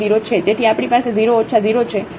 તેથી આપણી પાસે 0 ઓછા 0 છે આ પણ 0 છે